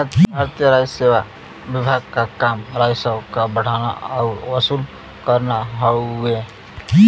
भारतीय राजसेवा विभाग क काम राजस्व क बढ़ाना आउर वसूल करना हउवे